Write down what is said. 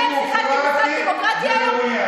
אז תעשו את זה בצורה מתורבתת, דמוקרטית וראויה.